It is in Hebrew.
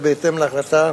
וזה בהתאם להחלטה